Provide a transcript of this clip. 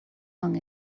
long